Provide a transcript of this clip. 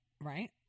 right